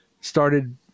started